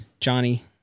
Johnny